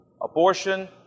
abortion